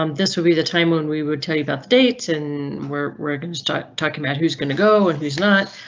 um this will be the time when we would tell you about the dates and we're we're going to start talking about who's going to go, and he's not.